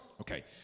Okay